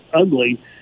ugly